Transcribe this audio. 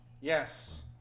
Yes